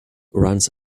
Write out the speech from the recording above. runs